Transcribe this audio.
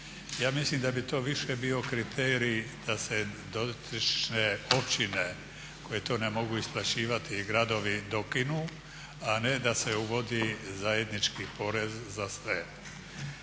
Ja mislim da bi to više bio kriterij da se dotične općine koje to ne mogu isplaćivati i gradovi dokinu, a ne da se uvodi zajednički porez za sve.